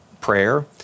prayer